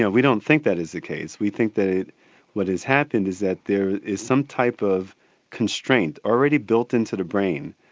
yeah we don't think that is the case. we think that what has happened is that there is some type of constraint already built into the brain,